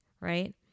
right